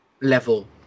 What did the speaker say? level